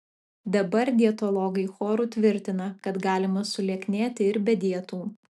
dabar dietologai choru tvirtina kad galima sulieknėti ir be dietų